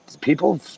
people